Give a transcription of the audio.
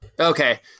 Okay